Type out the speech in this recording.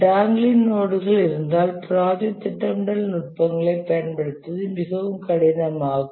dangling நோட்கள் இருந்தால் project திட்டமிடல் நுட்பங்களைப் பயன்படுத்துவது மிகவும் கடினம் ஆகும்